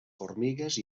formigues